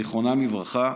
זיכרונם לברכה,